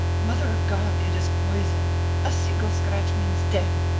mother of god! it is poisoned a single scratch means death!